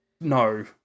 No